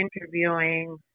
interviewing